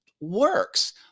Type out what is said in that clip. works